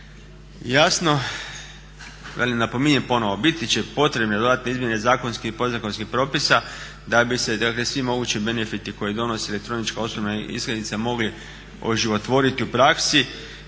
Jasno, napominjem ponovo biti će potrebne dodatne izmjene zakonskih i podzakonskih propisa da bi se dakle svi mogući benefiti koji donosi elektronička osobna iskaznica mogli oživotvoriti u praksi,